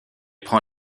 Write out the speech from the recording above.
prend